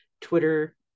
Twitter